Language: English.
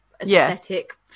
aesthetic